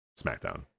SmackDown